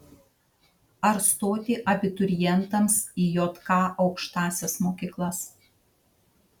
ar stoti abiturientams į jk aukštąsias mokyklas